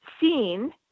seen